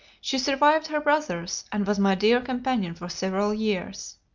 she survived her brothers, and was my dear companion for several years.